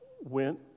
went